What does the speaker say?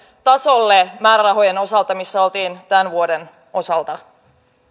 tasolle määrärahojen osalta kuin missä olimme tämän vuoden osalta